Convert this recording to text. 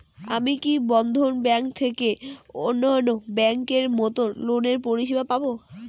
আমি কি বন্ধন ব্যাংক থেকে অন্যান্য ব্যাংক এর মতন লোনের পরিসেবা পাব?